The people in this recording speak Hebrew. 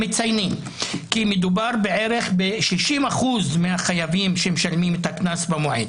מציינים כי מדובר בערך ב-60% מהחייבים שמשלמים את הקנס במועד.